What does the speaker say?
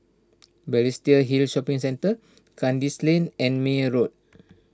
Balestier Hill Shopping Centre Kandis Lane and Meyer Road